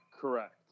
correct